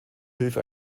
hilfe